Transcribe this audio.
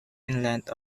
inlet